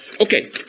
Okay